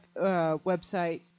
website